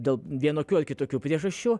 dėl vienokių ar kitokių priežasčių